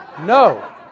No